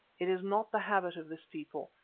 it is not the habit of this people,